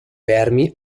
vermi